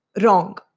Wrong